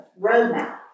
roadmap